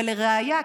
ולראיה,